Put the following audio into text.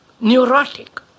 neurotic